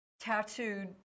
tattooed